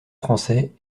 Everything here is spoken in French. français